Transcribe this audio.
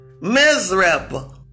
miserable